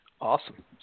awesome